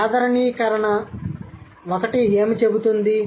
కాబట్టి సాధారణీకరణ 1 ఏమి చెబుతుంది